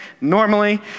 normally